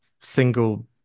single